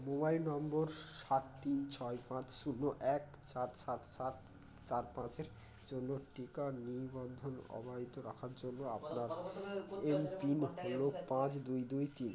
mobile number সাত তিন ছয় পাঁচ শূন্য এক সাত সাত সাত চার পাঁচ এর জন্য টিকা নিবন্ধন অবারিত রাখার জন্য আপনার এমপিন হল পাঁচ দুই দুই তিন